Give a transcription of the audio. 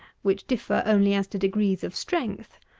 which differ only as to degrees of strength.